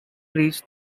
reached